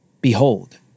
Behold